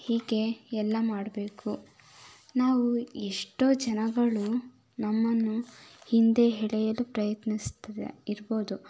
ಹೀಗೆ ಎಲ್ಲ ಮಾಡಬೇಕು ನಾವು ಎಷ್ಟೋ ಜನಗಳು ನಮ್ಮನ್ನು ಹಿಂದೆ ಎಳೆಯಲು ಪ್ರಯತ್ನಿಸ್ತಾರೆ ಇರ್ಬೋದು